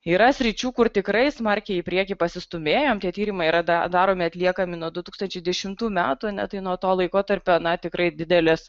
yra sričių kur tikrai smarkiai į priekį pasistūmėjom tie tyrimai yra daromi atliekami nuo du tūkstančiai dešimtų metų ne tai nuo to laikotarpio na tikrai didelis